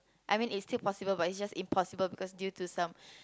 I mean it's still possible but it's just impossible because due to some